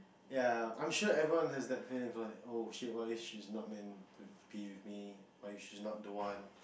ya I'm sure everyone has that feeling before oh shit why she's not meant to be what if she's not the one